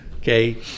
Okay